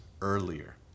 earlier